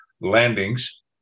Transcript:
landings